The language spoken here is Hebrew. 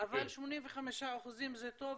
אבל 85% זה טוב,